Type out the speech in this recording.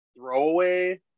throwaway